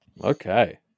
Okay